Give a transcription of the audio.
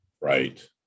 Right